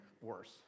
worse